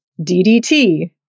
DDT